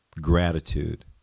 Gratitude